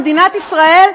במדינת ישראל,